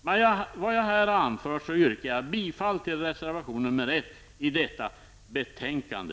Med vad jag här har anfört yrkar jag bifall till reservation nr 1 till detta betänkande.